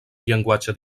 llenguatge